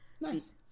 Nice